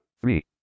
three